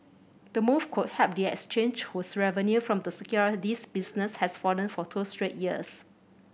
the move could help the exchange whose revenue from the securities business has fallen for two straight years